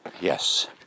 yes